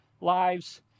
lives